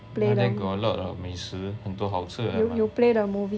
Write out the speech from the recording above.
down there got a lot of 美食很多好吃的吗